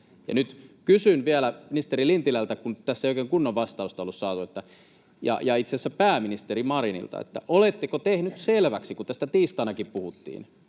Kysyn vielä ministeri Lintilältä, kun tässä ei oikein kunnon vastausta olla saatu — ja itse asiassa pääministeri Marinilta: oletteko tehnyt selväksi, kun tästä tiistainakin puhuttiin,